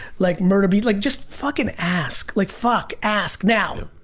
like murder beat, like just fucking ask, like, fuck, ask now.